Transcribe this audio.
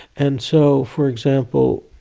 and so, for example,